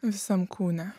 visam kūne